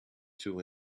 two